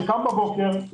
שקם בבוקר,